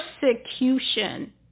persecution